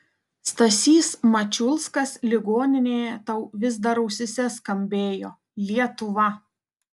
stasys mačiulskas ligoninėje tau vis dar ausyse skambėjo lietuva